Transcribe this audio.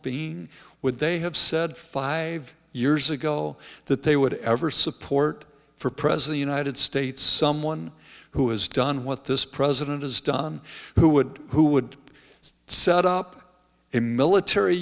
being with they have said five years ago that they would ever support for pres the united states someone who has done what this president has done who would who would set up a military